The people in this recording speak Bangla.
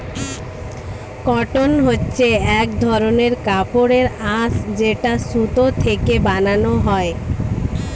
কটন হচ্ছে এক ধরনের কাপড়ের আঁশ যেটা সুতো থেকে বানানো হয়